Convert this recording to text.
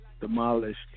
demolished